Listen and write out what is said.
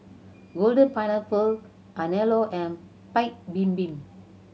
Golden Pineapple Anello and Paik Bibim